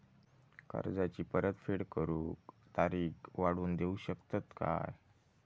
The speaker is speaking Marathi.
कर्जाची परत फेड करूक तारीख वाढवून देऊ शकतत काय?